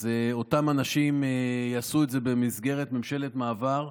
אז אותם אנשים יעשו את זה במסגרת ממשלת מעבר.